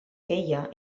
feia